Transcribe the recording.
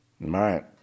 Right